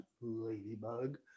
Ladybug